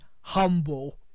humble